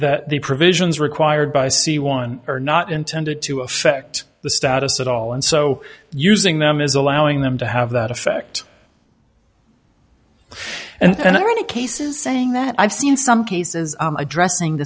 that the provisions required by c one are not intended to affect the status at all and so using them is allowing them to have that effect and i want to cases saying that i've seen some cases addressing